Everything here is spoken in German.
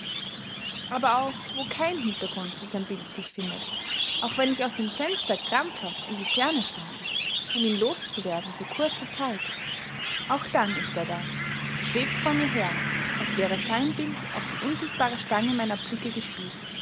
aber auch wo kein hintergrund für sein bild sich findet auch wenn ich aus dem fenster krampfhaft in die ferne starre um ihn los zu werden für kurze zeit auch dann ist er da schwebt vor mir her als wäre sein bild auf die unsichtbare stange meiner blicke gespießt